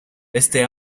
este